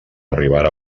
arribara